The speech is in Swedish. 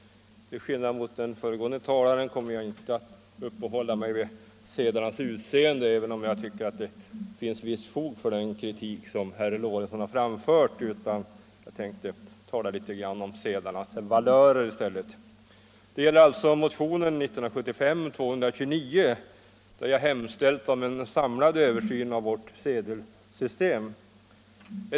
Till skillnad från den föregående talaren kommer jag inte att uppehålla mig vid sedlarnas utseende, även om jag tycker att det finns visst fog för den kritik som herr Lorentzon har framfört, utan jag tänker tala litet om sedlarnas valörer. Det gäller alltså motionen 229, där jag hemställt om en samlad översyn av vårt sedelsystem.